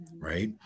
right